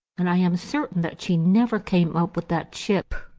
and i am certain that she never came up with that ship,